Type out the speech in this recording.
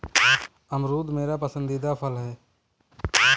अमरूद मेरा पसंदीदा फल है